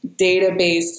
database